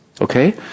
okay